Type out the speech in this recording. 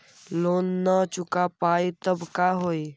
Loan न चुका पाई तब का होई?